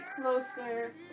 closer